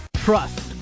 Trust